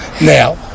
now